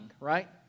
right